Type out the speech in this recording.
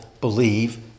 believe